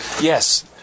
Yes